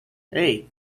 hey